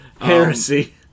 Heresy